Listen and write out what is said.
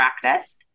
practice